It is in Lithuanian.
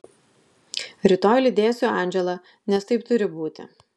rytoj lydėsiu andželą nes taip turi būti